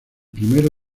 primero